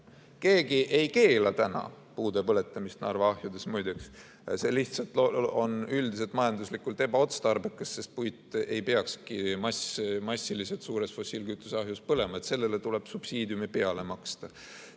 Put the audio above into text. Keegi ei keela täna puude põletamist Narva ahjudes. See lihtsalt on üldiselt majanduslikult ebaotstarbekas, sest puitu ei peaks massiliselt suures fossiilkütuste ahjus põletama, sellele tuleb subsiidiumi peale maksta.